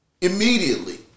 immediately